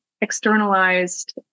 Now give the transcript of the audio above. externalized